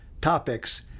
topics